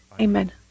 Amen